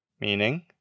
Meaning